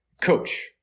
coach